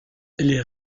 les